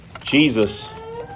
Jesus